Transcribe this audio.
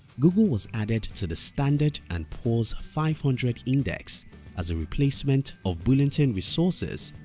google was added to the standard and poor's five hundred index as a replacement of burlington resources,